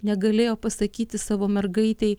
negalėjo pasakyti savo mergaitei